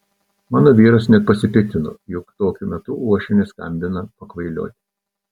mano vyras net pasipiktino jog tokiu metu uošvienė skambina pakvailioti